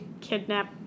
kidnap